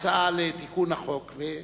בהם הצעה לתיקון החוק.